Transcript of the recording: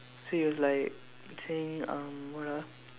so he was like saying uh what ah